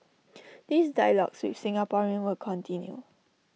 these dialogues with Singaporeans will continue